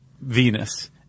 Venus